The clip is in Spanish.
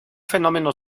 fenómeno